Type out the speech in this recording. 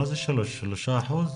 זה אחוזים?